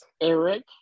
Eric